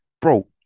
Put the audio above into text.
bro